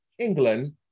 england